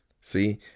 See